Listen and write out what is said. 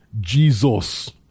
jesus